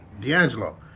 D'Angelo